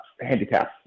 handicaps